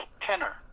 tenor